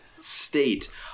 State